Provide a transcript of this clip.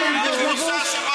כנסת אין קוד לבוש.